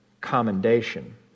commendation